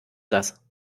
das